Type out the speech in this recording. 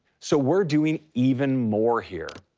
so we're doing even more here.